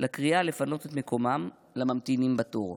לקריאה לפנות את מקומם לממתינים בתור.